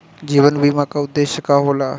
जीवन बीमा का उदेस्य का होला?